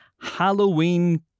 Halloween